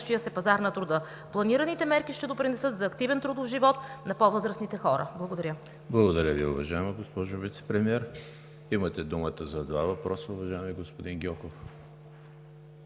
се пазар на труда. Планираните мерки ще допринесат за активен трудов живот на по-възрастните хора. Благодаря. ПРЕДСЕДАТЕЛ ЕМИЛ ХРИСТОВ: Благодаря Ви, уважаема госпожо Вицепремиер. Имате думата за два въпроса, уважаеми господин Гьоков.